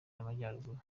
y’amajyaruguru